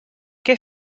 què